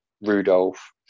Rudolph